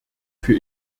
für